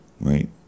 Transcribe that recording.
right